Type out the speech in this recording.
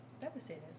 devastated